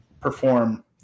perform